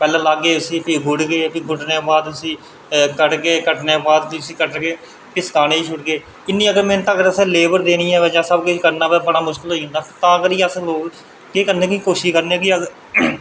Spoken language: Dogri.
पैह्लें लाह्गे भी गुड्डगे भी गुड्डने दे बाद उसी कट्टगे ते भी कटने दे बाद उसी सुखाने गी सुट्टगे ते इन्नी अगर असें लेबर देनी होऐ ते सब किश देना होऐ तां मुश्कल होई जंदा ते केह् करने आं कि अस